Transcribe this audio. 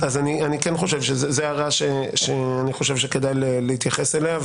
זאת הערה שאני חושב שכדאי להתייחס אליה.